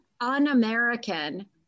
un-American